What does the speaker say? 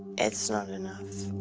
it's not enough.